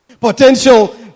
Potential